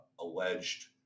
alleged